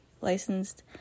licensed